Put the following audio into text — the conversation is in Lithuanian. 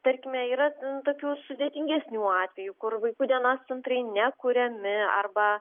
tarkime yra ten tokių sudėtingesnių atvejų kur vaikų dienos centrai nekuriami arba